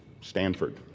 Stanford